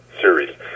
series